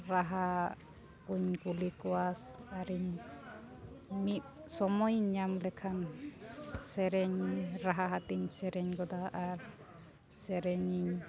ᱨᱟᱦᱟ ᱠᱚᱧ ᱠᱩᱞᱤ ᱠᱚᱣᱟ ᱟᱨ ᱤᱧ ᱢᱤᱫ ᱥᱚᱢᱚᱭᱤᱧ ᱧᱟᱢ ᱞᱮᱠᱷᱟᱱ ᱥᱮᱨᱮᱧ ᱨᱟᱦᱟ ᱟᱛᱤᱧ ᱥᱮᱨᱮᱧ ᱜᱚᱫᱟ ᱟᱨ ᱥᱮᱨᱮᱧ ᱤᱧ